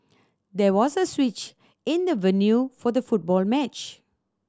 there was a switch in the venue for the football match